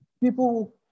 people